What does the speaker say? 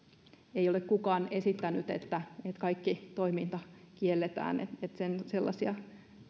ei ole kukaan esittänyt että kaikki toiminta kielletään sellaisia